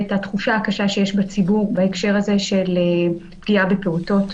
ואת התחושה הקשה שיש בציבור בהקשר הזה של פגיעה בפעוטות.